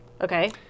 Okay